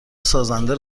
سازنده